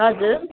हजुर